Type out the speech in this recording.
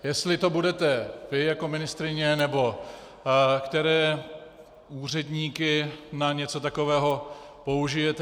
Jestli to budete vy jako ministryně, nebo které úředníky na něco takového použijete?